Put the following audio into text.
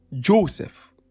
Joseph